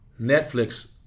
Netflix